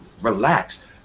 relax